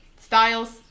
Styles